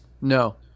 No